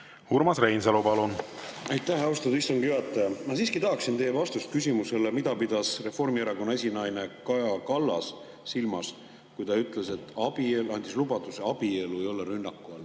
Urmas Reinsalu, palun! Aitäh, austatud istungi juhataja! Ma siiski tahaksin teie vastust küsimusele, mida pidas Reformierakonna esinaine Kaja Kallas silmas, kui ta ütles, andis lubaduse, et abielu ei ole rünnaku all.